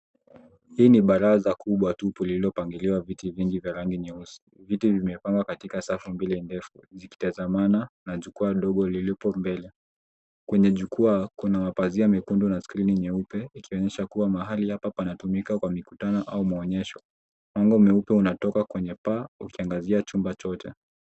Hii ni baraza kubwa tupu lililopangiliwa viti vingi vya rangi nyeusi, viti vimepangwa katika safu mbili ndefu zikitazamana na jukwaa ndogo lilipo mbele. Kwenye jukwaa, kuna mapazia mekundu na skrini nyeupe, ikionyesha kuwa mahali hapa panatumika kwa mikutano au maonyesho. Mwanga mweupe unatoka kwenye paa ukiangazia chumba chote.